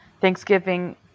Thanksgiving